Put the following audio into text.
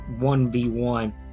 1v1